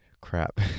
crap